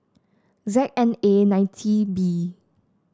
Z N A ninety B